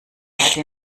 hatte